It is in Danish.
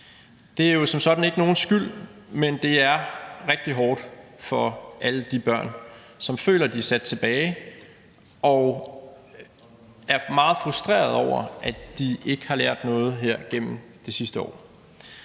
Det er jo som sådan ikke nogens skyld, men det er rigtig hårdt for alle de børn, som føler, at de er sat tilbage og er meget frustrerede over, at de ikke har lært noget gennem det sidste år.